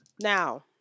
Now